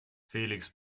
felix